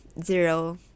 zero